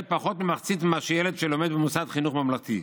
פחות ממחצית ממה שמקבל ילד שלומד במוסד חינוך ממלכתי.